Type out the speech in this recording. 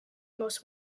most